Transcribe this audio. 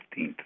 15th